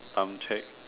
sound check